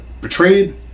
betrayed